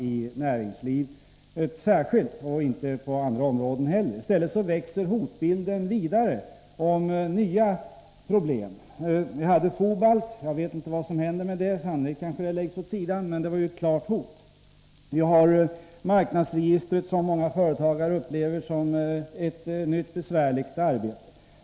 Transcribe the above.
Särskilt gäller detta beträffande näringslivet, men också på andra områden. I stället växer hotbilden. Nya problem tillkommer. Vi hade förslaget om Fobalt. Jag vet inte vad som händer med det. Sannolikt läggs det åt sidan, men det var ett klart hot. Vi har uppgiftslämnandet till marknadsregistret, som många företagare upplever som ett nytt besvärligt arbete.